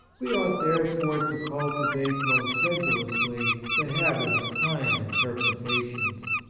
we ought, therefore, to cultivate most sedulously the habit of kind interpretations.